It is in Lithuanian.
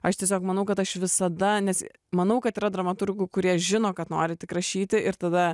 aš tiesiog manau kad aš visada nes manau kad yra dramaturgų kurie žino kad nori tik rašyti ir tada